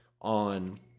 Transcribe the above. on